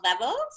levels